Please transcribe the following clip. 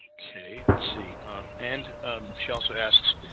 okay, let's see and she also asks,